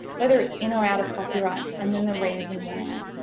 whether it's in or out of copyright and then the reason why.